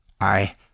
I